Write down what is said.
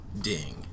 Ding